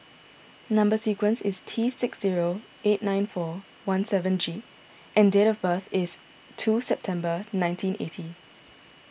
Number Sequence is T six zero eight nine four one seven G and date of birth is two September nineteen eighty